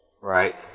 Right